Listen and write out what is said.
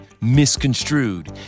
misconstrued